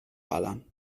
ballern